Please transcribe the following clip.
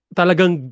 talagang